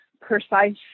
precise